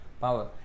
power